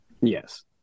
Yes